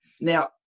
now